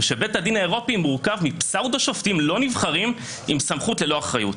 ושבית הדין האירופי מורכב מפסדו שופטים לא נבחרים עם סמכות ללא אחריות.